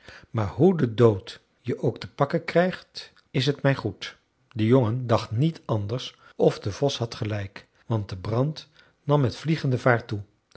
maar hoe de dood je ook te pakken krijgt is t mij goed de jongen dacht niet anders of de vos had gelijk want de brand nam met vliegende vaart toe